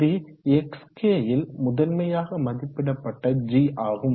இது பெருக்கல் xk ல் முதன்மையாக மதிப்பிடப்பட்ட g ஆகும்